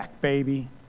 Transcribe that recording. baby